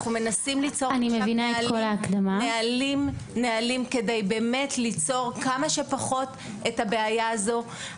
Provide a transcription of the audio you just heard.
אנחנו מנסים ליצור עכשיו נהלים כדי ליצור כמה שפחות את הבעיה הזאת.